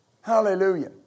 Hallelujah